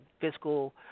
fiscal